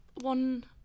one